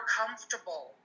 comfortable